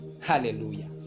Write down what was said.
Hallelujah